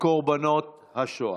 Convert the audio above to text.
וקורבנות השואה.